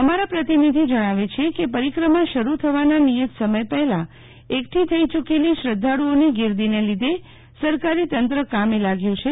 અમારા પ્રતિનિધિ જણાવે છે કે પરિક્રમાં શરૂ થવાના નિયત સમય પહેલા એકઠી થઇ યૂકેલી શ્રદ્વાળુઓની ગીરદીને લીધે સરકારી તંત્ર કામે લાગ્યું છે